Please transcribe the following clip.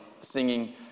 singing